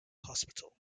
hospital